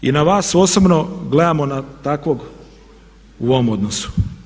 I na vas osobno gledamo kao takvog u ovom odnosu.